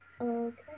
Okay